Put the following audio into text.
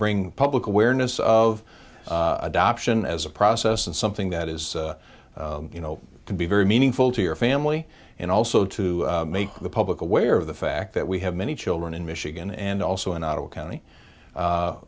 bring public awareness of adoption as a process and something that is you know can be very meaningful to your family and also to make the public aware of the fact that we have many children in michigan and also in ottawa county